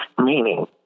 meaning